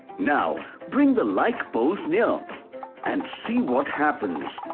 now, bring the like poles near and see what happens!